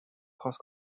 cross